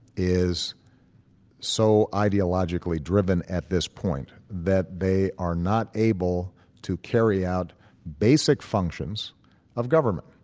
is so ideologically driven at this point that they are not able to carry out basic functions of government.